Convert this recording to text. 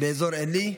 באזור עלי,